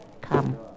Come